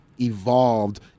evolved